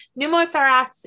pneumothorax